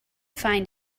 find